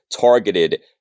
targeted